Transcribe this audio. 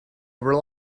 rely